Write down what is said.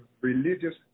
religious